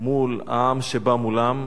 מול העם שבא מולם.